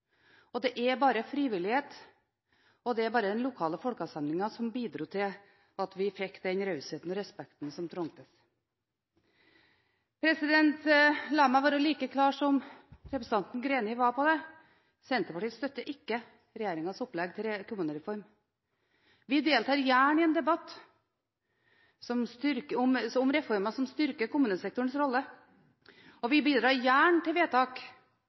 det er bare frivillighet og den lokale folkeavstemningen som bidro til at vi fikk den rausheten og respekten som trengtes. La meg være like klar som representanten Greni var på det: Senterpartiet støtter ikke regjeringens opplegg til kommunereform. Vi deltar gjerne i en debatt om reformer som styrker kommunesektorens rolle, og vi bidrar gjerne til vedtak